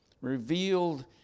revealed